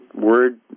word